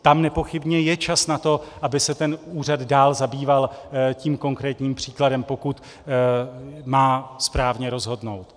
Tam nepochybně je čas na to, aby se úřad dál zabýval tím konkrétním příkladem, pokud má správně rozhodnout.